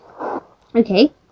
Okay